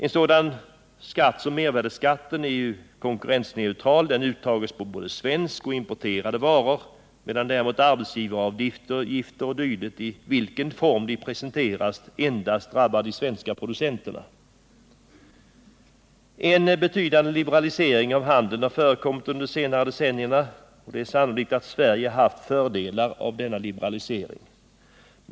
En sådan skatt som mervärdeskatten är ju konkurrensneutral, den uttages både på svenska och importerade varor, medan däremot arbetsgivaravgifter o. d., i vilken form de än presenteras, endast drabbar de svenska producenterna. En betydande liberalisering av handeln har förekommit under de senare decennierna. Det är sannolikt att Sverige haft fördelar av denna liberalisering.